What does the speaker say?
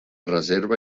reserva